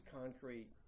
concrete